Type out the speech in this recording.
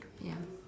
ya